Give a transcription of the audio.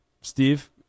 Steve